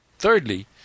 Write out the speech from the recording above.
Thirdly